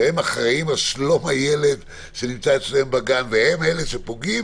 שהם אחראים על שום הילד שנמצא אצלם בגן והם אלה שפוגעים